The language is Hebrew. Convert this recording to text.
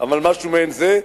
משהו מעין זה,